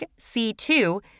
C2